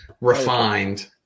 Refined